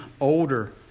older